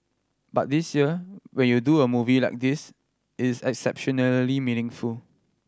but this year when you do a movie like this it's exceptionally meaningful